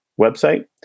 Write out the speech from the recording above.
website